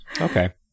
Okay